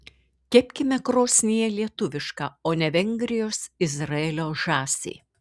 kepkime krosnyje lietuvišką o ne vengrijos izraelio žąsį